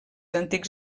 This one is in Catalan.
antics